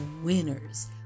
winners